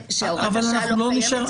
שהוראת השעה לא קיימת,